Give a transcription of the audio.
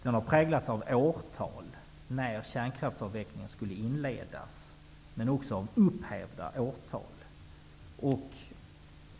Den har präglats av löften om årtal, dvs. när kärnkraftsavvecklingen skall inledas, men också av upphävda löften om årtal.